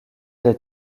des